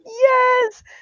yes